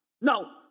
no